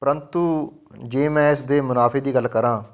ਪਰੰਤੂ ਜੇ ਮੈਂ ਇਸ ਦੇ ਮੁਨਾਫੇ ਦੀ ਗੱਲ ਕਰਾਂ